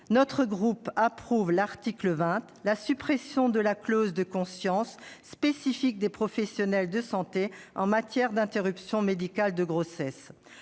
notre groupe approuve la suppression de la clause de conscience spécifique des professionnels de santé en matière d'interruption médicale de grossesse.